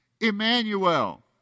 Emmanuel